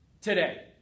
today